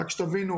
רק שתבינו,